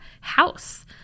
house